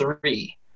three